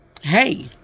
hey